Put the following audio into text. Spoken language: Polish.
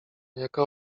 jaka